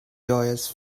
joyous